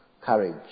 courage